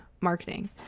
marketing